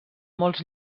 molts